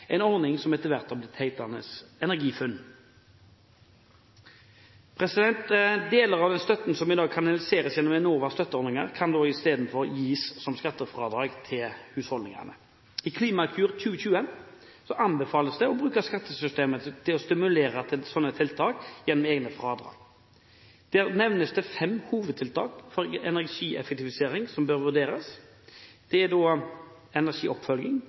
en ordning som etter hvert har blitt hetende EnergiFunn. Deler av støtten som i dag kanaliseres gjennom Enovas støtteordninger, kan da i stedet gis som skattefradrag til husholdningene. I Klimakur 2020 anbefales det å bruke skattesystemet til å stimulere til slike tiltak gjennom egne fradrag. Der nevnes det fem hovedtiltak for energieffektivisering som bør vurderes. Det er energioppfølging,